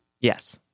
Yes